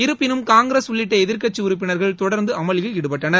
இருப்பினும் காங்கிரஸ் உள்ளிட்ட எதிர்கட்சி உறுப்பினர்கள் தொடர்ந்து அமளியில் ஈடுபட்டனர்